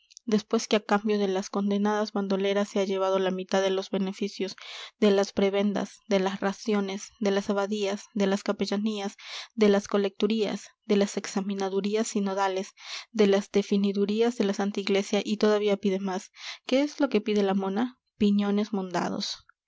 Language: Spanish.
después que a cambio de las condenadas bandoleras se ha llevado la mitad de los beneficios de las prebendas de las raciones de las abadías de las capellanías de las colecturías de las examinadurías sinodales de las definidurías de la santa iglesia y todavía pide más qué es lo que pide la mona piñones mondados